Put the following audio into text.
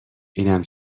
اینم